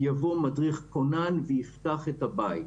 יבוא מדריך כונן ויפתח את הבית.